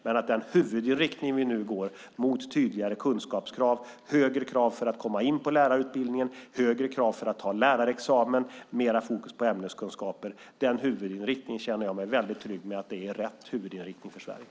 Men den huvudinriktning vi nu har, mot tydligare kunskapskrav, högre krav för att komma in på lärarutbildningen, högre krav för att ta lärarexamen och mer fokus på ämneskunskaper, känner jag mig väldigt trygg med är rätt huvudinriktning för Sverige.